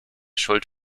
schuld